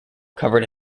covered